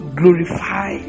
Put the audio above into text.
glorify